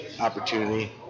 opportunity